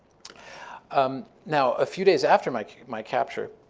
um now, a few days after my my capture,